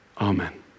Amen